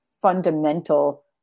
fundamental